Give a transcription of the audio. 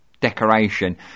decoration